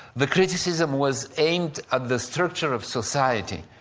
the criticism was aimed at the structure of society,